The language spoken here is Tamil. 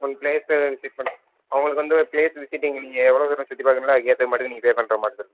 பிளேஸ விசிட் பண் அவங்களுக்கு வந்து பிளேஸ் விசிட்டிங் நீங்கள் எவ்வளோ தூரம் சுற்றி பார்க்கறீங்களோ அதுக்கேற்ற மாதிரி நீங்கள் பே பண்ணுற மாதிரி இருக்கும்